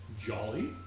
jolly